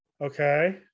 Okay